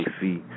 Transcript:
see